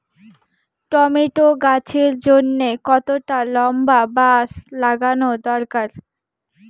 Tomato গাছের জন্যে কতটা লম্বা বাস লাগানো দরকার?